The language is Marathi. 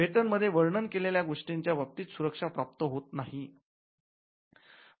पेटंट मध्ये वर्णन केलेल्या गोष्टींच्या बाबतीत सुरक्षा प्राप्त होत नाही